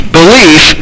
belief